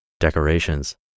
decorations